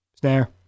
Snare